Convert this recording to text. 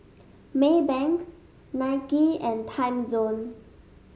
Maybank Nike and Timezone